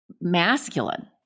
masculine